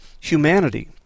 humanity